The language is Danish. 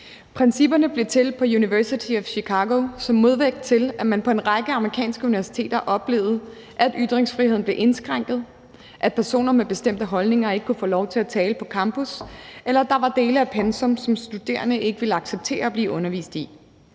Principperne blev til på University of Chicago som modvægt til, at man på en række amerikanske universiteter oplevede, at ytringsfriheden blev indskrænket, at personer med bestemte holdninger ikke kunne få lov til at tale på campus, eller at der var dele af pensum, som de studerende ikke ville acceptere at blive undervist i.